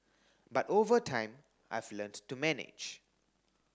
but over time I've learnt to manage